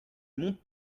monte